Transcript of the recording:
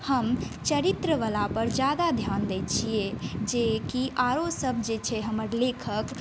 हम चरित्रबलापर ज्यादा धिआन दै छिए जे कि आओर सब जे छै हमर लेखक